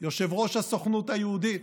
יושב-ראש הסוכנות היהודית,